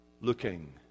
looking